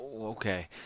Okay